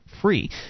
free